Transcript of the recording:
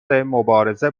مبارزه